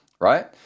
right